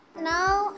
Now